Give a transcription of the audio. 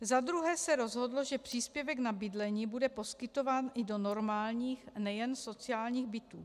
Za druhé se rozhodlo, že příspěvek na bydlení bude poskytován i do normálních, nejen sociálních bytů.